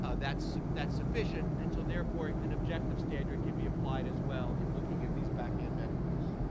ah that's that's sufficient. and so therefore, an objective standard can be applied, as well, in looking at these backend metrics.